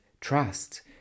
trust